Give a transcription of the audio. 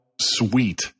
sweet